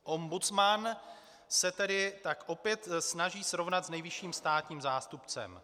Ombudsman se tedy tak opět snaží srovnat s nejvyšším státním zástupcem.